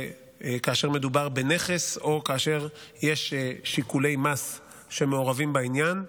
כאשר מדובר בנכס או כאשר יש שיקולי מס שמעורבים בעניין,